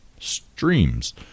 streams